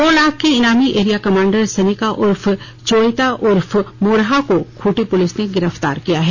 दो लाख के इनामी एरिया कमांडर सनिका उर्फ चोयता उर्फ मोरहा को खूँटी पुलिस ने गिरफ्तार किया है